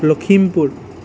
Lakhimpur